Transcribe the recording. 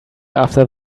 after